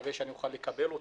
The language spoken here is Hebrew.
מקווה שאני אוכל לקבל אותה.